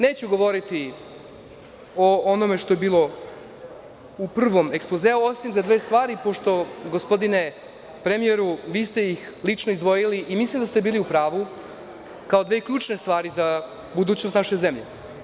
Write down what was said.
Neću govoriti o onome što je bilo u prvom ekspozeu, osim za dve stvari, pošto, gospodine premijeru, vi ste ih lično izdvojili i mislim da ste bili u pravu kao dve ključne stvari za budućnost naše zemlje.